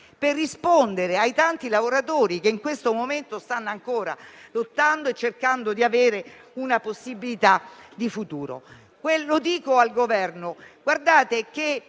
per rispondere ai tanti lavoratori che in questo momento stanno ancora lottando e cercando di avere una possibilità di futuro.